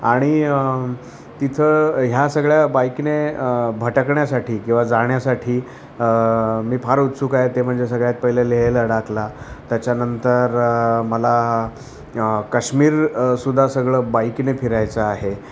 आणि तिथं ह्या सगळ्या बाईकने भटकण्यासाठी किंवा जाण्यासाठी मी फार उत्सुक आहे ते म्हणजे सगळ्यात पहिले लेह लडाखला त्याच्यानंतर मला कश्मीरसुुध्दा सगळं बाईकने फिरायचं आहे